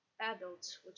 Adults